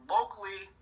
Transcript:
Locally